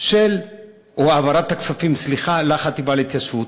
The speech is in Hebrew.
הכספים לחטיבה להתיישבות.